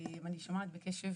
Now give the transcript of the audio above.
אני שומעת בקשב